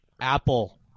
Apple